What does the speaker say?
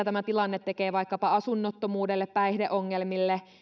tämä tilanne tekee vaikkapa asunnottomuudelle päihdeongelmille